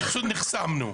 נחסמנו.